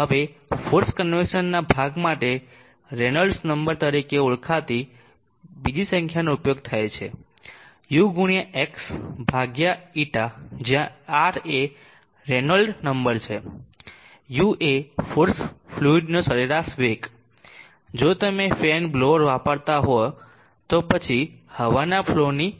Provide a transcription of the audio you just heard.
હવે forced convection ભાગ માટે રેનોલ્ડ્સ નંબર તરીકે ઓળખાતી બીજી સંખ્યાનો ઉપયોગ થાય છે u ગુણ્યા X ભાગ્યા η જ્યાં R એ રેનોલ્ડ્સ નંબર છે u એ ફોર્સ્ડ ફ્લુઈડનો સરેરાશ વેગ જો તમે ફેન બ્લોઅર વાપરતા હોય તો પછી હવાના ફલોની